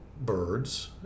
birds